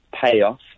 payoff